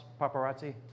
paparazzi